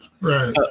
Right